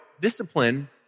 Discipline